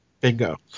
Bingo